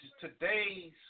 today's